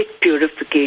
purification